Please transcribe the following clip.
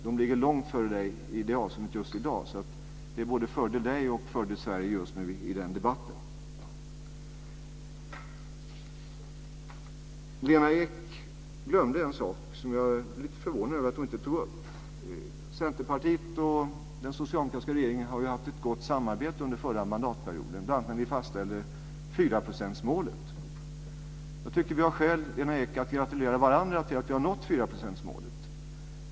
De ligger långt före Karin Pilsäter i det avseendet just i dag. Det är alltså både fördel Karin Pilsäter och fördel Sverige just nu i den debatten. Lena Ek glömde en sak som jag är lite förvånad över att hon inte tog upp. Centerpartiet och den socialdemokratiska regeringen har ju haft ett gott samarbete under den förra mandatperioden, bl.a. när vi fastställde 4-procentsmålet. Jag tycker att vi har skäl, Lena Ek, att gratulera varandra till att vi har nått 4 procentsmålet.